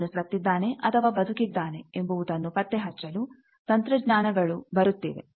ಅವನು ಸತ್ತಿದ್ದಾನೆ ಅಥವಾ ಬದುಕಿದ್ದಾನೆ ಎಂಬುದನ್ನು ಪತ್ತೆಹಚ್ಚಲು ತಂತ್ರಜ್ಞಾನಗಳು ಬರುತ್ತಿವೆ